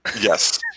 Yes